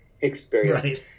experience